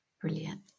Brilliant